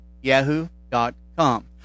yahoo.com